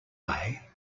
way